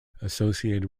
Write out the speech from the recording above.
associated